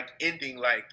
ending-like